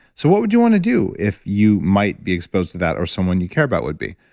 so what would you want to do, if you might be exposed to that, or someone you care about would be?